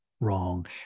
wrong